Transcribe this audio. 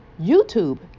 youtube